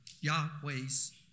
Yahweh's